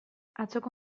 atzoko